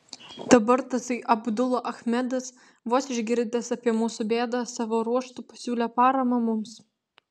dabar tasai abdula achmedas vos išgirdęs apie mūsų bėdą savo ruožtu pasiūlė paramą mums